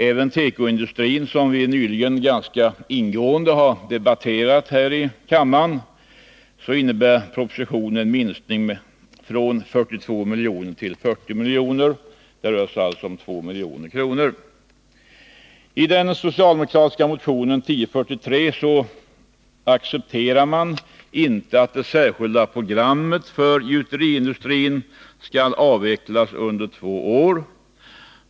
Även för tekoindustrin, som vi nyligen ganska ingående har debatterat här i kammaren, innebär propositionens förslag en minskning från 42 till 40 milj.kr. Det rör sig alltså om 2 milj.kr. I den socialdemokratiska motionen 1043 accepterar man inte att det särskilda programmet för gjuteriindustrin skall avvecklas under två år.